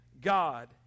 God